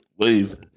Please